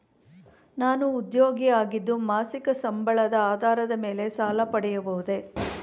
ನಾನು ಉದ್ಯೋಗಿ ಆಗಿದ್ದು ಮಾಸಿಕ ಸಂಬಳದ ಆಧಾರದ ಮೇಲೆ ಸಾಲ ಪಡೆಯಬಹುದೇ?